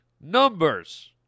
numbers